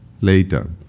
later